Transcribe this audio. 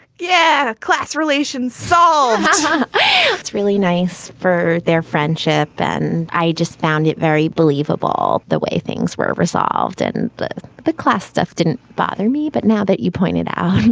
yeah class relations so and yeah it's really nice for their friendship. and i just found it very believable. the way things were resolved in the the class stuff didn't bother me but now that you pointed out,